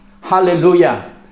Hallelujah